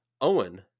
Owen